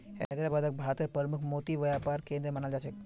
हैदराबादक भारतेर प्रमुख मोती व्यापार केंद्र मानाल जा छेक